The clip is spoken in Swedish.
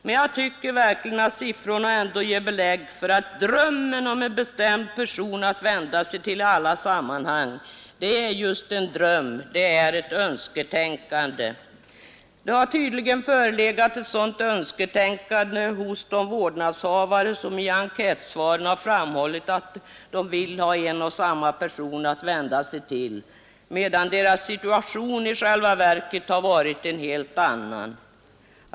Men siffrorna ger ändå belägg för att drömmen om en bestämd person att vända sig till i alla sammanhang är just en dröm, ett önsketänkande. Det har tydligen förelegat ett sådant önsketänkande hos de vårdnadshavare som i enkätsvaren framhållit att de vill ha en och samma person att vända sig till, medan deras situation i själva verket har varit en helt annan.